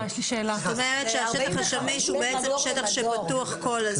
זאת אומרת שהשטח הוא שטח שפתוח כל הזמן.